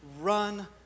run